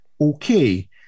okay